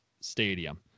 stadium